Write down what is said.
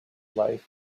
life